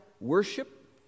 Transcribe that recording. worship